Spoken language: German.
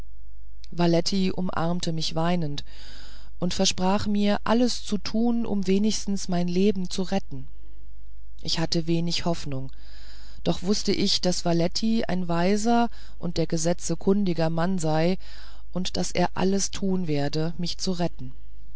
valetty umarmte mich weinend und versprach mir alles zu tun um wenigstens mein leben zu retten ich hatte wenig hoffnung doch wußte ich daß valetty ein weiser und der gesetze kundiger mann seie und daß er alles tun werde mich zu retten